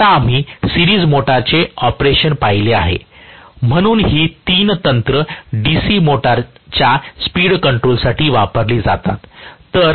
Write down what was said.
आता आम्ही सिरीज मोटरचे ऑपरेशन पाहिले आहे म्हणून ही तीन तंत्र DC सिरीज मोटरच्या स्पीड कंट्रोल साठी वापरली जातात